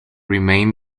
remain